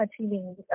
achieving